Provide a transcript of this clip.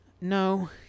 No